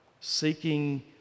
seeking